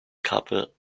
couple